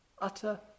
utter